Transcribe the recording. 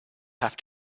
have